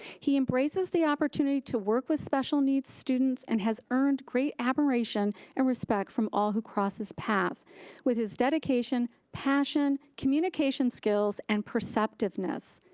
he embraces the opportunity to work with special needs students and has earned great admiration and respect from all who cross his path with his dedication, passion, communication skills, and perceptiveness.